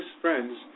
friends